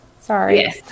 Sorry